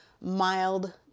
mild